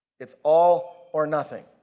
it's all or nothing.